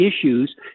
issues